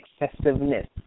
excessiveness